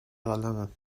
قلمم